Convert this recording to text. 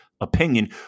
opinion